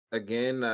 again